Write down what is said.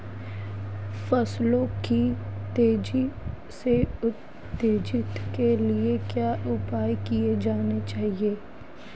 फसलों की तेज़ी से वृद्धि के लिए क्या उपाय किए जाने चाहिए?